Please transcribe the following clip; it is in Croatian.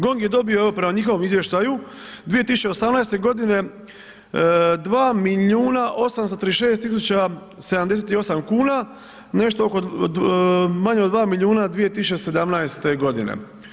GONG je dobio evo prema njihovom izvještaju 2018. godine 2 milijuna 836 tisuća 78 kuna, nešto oko, manje od 2 milijuna 2017. godine.